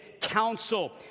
counsel